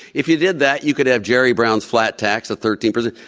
if you did that, you could have jerry brown flat tax of thirteen percent.